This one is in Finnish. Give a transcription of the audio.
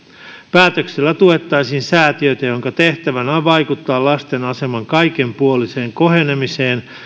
päätöksellä tuettaisiin säätiötä jonka tehtävänä on vaikuttaa lasten aseman kaikenpuoliseen kohenemiseen